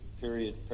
period